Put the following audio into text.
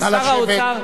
שר האוצר,